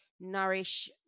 Nourish